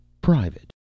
private